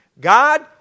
God